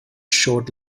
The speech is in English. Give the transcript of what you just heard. short